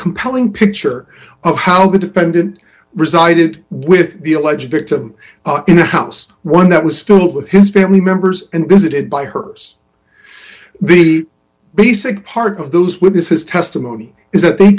compelling picture of how good it tended resided with the alleged victim in the house one that was filled with his family members and visited by hers the basic part of those witnesses testimony is that they